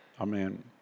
Amen